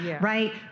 right